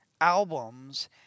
albums